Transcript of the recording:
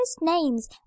names